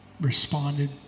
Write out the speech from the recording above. responded